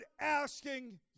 asking